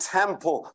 temple